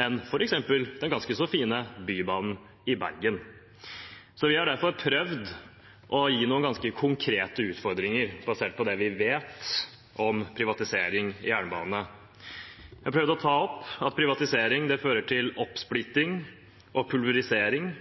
enn f.eks. den ganske så fine Bybanen i Bergen. Vi har derfor prøvd å gi noen ganske konkrete utfordringer basert på det vi vet om privatisering av jernbane. Vi har prøvd å ta opp at privatisering fører til oppsplitting og pulverisering